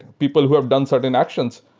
people who have done certain actions,